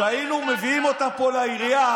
כשהיינו מביאים אותם פה לעירייה,